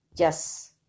Yes